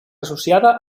associada